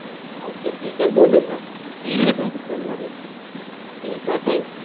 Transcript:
okay ठीक आहे बोलू मग येईल मी तुमच्या स्कूलमध्ये ठीक आहे थँक यू